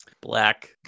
Black